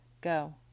Go